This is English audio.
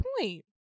point